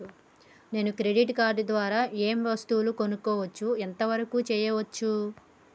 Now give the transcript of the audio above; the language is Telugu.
నేను క్రెడిట్ కార్డ్ ద్వారా ఏం వస్తువులు కొనుక్కోవచ్చు ఎంత వరకు చేయవచ్చు?